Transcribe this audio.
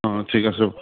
অঁ ঠিক আছে